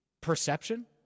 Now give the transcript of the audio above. Perception